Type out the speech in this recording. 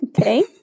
Okay